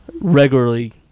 regularly